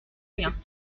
rien